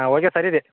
ಹಾಂ ಓಕೆ ಸರಿ ರೀ